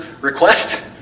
request